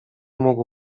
mógł